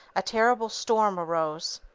a terrible storm arose.